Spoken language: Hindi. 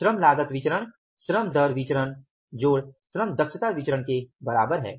श्रम लागत विचरण श्रम दर विचरण जोड़ श्रम दक्षता विचरण के बराबर है